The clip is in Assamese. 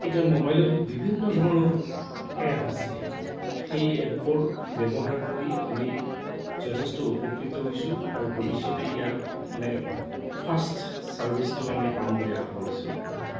এতিয়া মোবাইলত বিভিন্ন ধৰণৰ এপ আছে সেই এপবোৰ ব্যৱহাৰ কৰি আমি যথেষ্ট উপকৃত হৈছোঁ আৰু ভৱিষ্যতে ইয়াৰ মানে ফা্ষষ্ট চাৰ্ভিচটো আমি পাম বুলি আশা কৰিছোঁ